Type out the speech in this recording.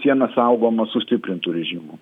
siena saugoma sustiprintu režimu